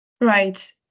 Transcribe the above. Right